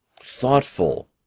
thoughtful